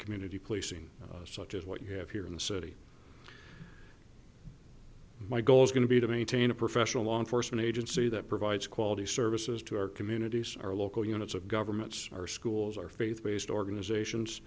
community policing such as what you have here in the city my goal is going to be to maintain a professional law enforcement agency that provides quality services to our communities our local units of governments our schools our faith based organizations